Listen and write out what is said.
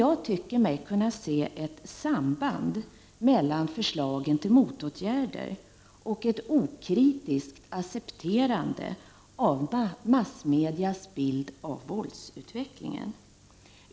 Jag tycker mig kunna se ett samband mellan förslagen till motåtgärder och ett okritiskt accepterande av massmedias bild av våldsutvecklingen.